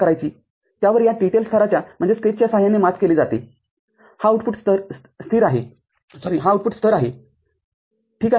त्यावर या TTL स्थराच्या साहाय्याने मात केली जातेहा आउटपुट स्थर आहे ठीक आहे